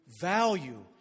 value